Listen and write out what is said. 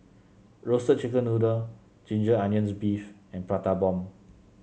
Roasted Chicken Noodle Ginger Onions beef and Prata Bomb